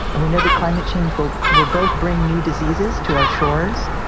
and we know that climate change will will both bring new diseases to our shores,